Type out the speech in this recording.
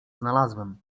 znalazłem